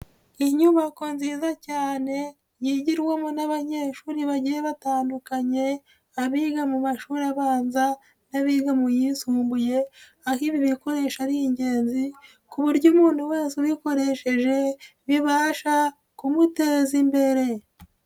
Inyubako nziza cyane yigirwamo n'abanyeshuri bagiye batandukanye, abiga mu mashuri abanza n'abiga mu yisumbuye, aho ibi bikoresho ari ingenzi ku buryo umuntu wese ubikoresheje bibasha kumuteza imbere.